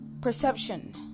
perception